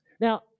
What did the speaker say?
Now